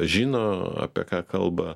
žino apie ką kalba